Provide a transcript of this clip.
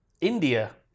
India